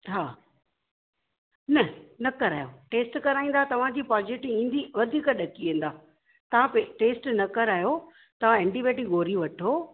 हा न न करायो टेस्ट कराईंदा तव्हांजी पॉज़िटिव ईंदी वधीक ॾकी वेंदा तव्हां पे टेस्ट न करायो तव्हां ऐंटीबायोटिक गोरी वठो